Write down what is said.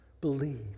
Believe